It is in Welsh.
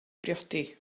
briodi